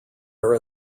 are